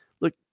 Look